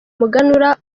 umuganura